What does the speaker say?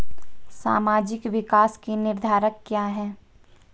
सामाजिक विकास के निर्धारक क्या है?